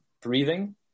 breathing